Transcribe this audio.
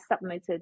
submitted